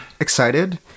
excited